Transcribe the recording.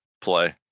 play